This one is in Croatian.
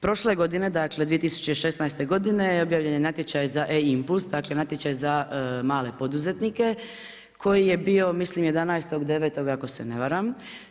Prošle godine, dakle 2016. je obavljanje natječaj za e- impuls, dakle, natječaj za male poduzetnike, koji je bio, mislim 11.9. ako se ne varam.